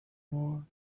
more